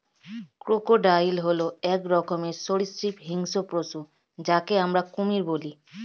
crocodile হল এক রকমের সরীসৃপ হিংস্র পশু যাকে আমরা কুমির বলি